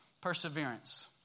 perseverance